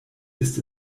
ist